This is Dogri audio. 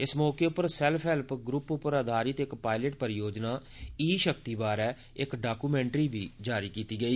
इस मौके उप्पर सैल्फ हैल्प ग्रुप पर आधारित इक पायलट परियोजना ई शक्ति बारै इक डाकूमैन्ट्री बी जारी कीती गेई